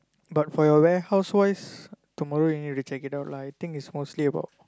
but for your warehouse wise tomorrow you need to check it out lah I think is mostly about